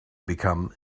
become